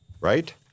right